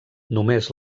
només